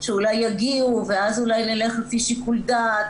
שאולי יגיעו ואז אולי נלך לפי שיקול דעת,